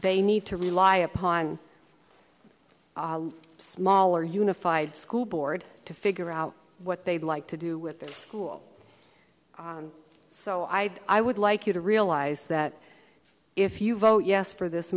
they need to rely upon smaller unified school board to figure out what they'd like to do with the school so i i would like you to realize that if you vote yes for this